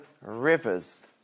rivers